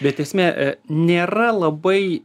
bet esmė nėra labai